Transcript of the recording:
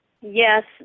yes